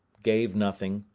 gave nothing,